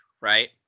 right